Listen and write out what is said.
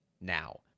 now